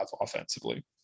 offensively